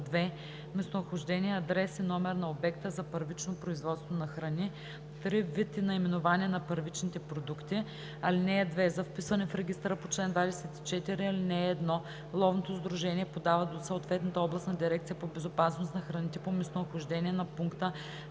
2. местонахождение, адрес и номер на обекта за първично производство на храни; 3. вид и наименование на първичните продукти. (2) За вписване в регистъра по чл. 24, ал. 1 ловното сдружение подава до съответната областна дирекция по безопасност на храните по местонахождение на пункта